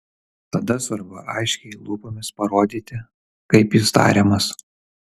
tada svarbu aiškiai lūpomis parodyti kaip jis tariamas